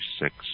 six